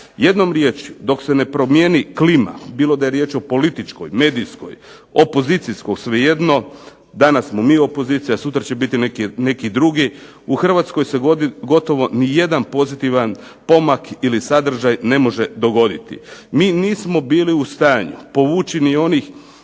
Jednom riječju dok se ne promijeni klima bilo da je riječ o političkoj, medijskoj, opozicijskoj svejedno danas smo mi opozicija, sutra će biti neki drugi. U Hrvatskoj se gotovo ni jedan pozitivan pomak ili sadržaj ne može dogoditi. Mi nismo bili u stanju povući ni onih